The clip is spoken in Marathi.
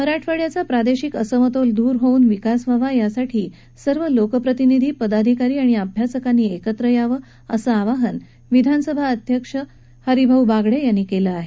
मराठवाड्याचा प्रादेशिक असमतोल दूर होऊन विकास व्हावा यासाठी सर्व लोकप्रतिनिधी पदाधिकारी अभ्यासकांनी कित्र यावं असं आवाहन विधानसभा अध्यक्ष हरिभाऊ बागडे यांनी केलं आहे